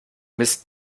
mist